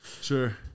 sure